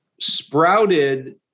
sprouted